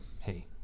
Hey